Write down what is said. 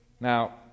Now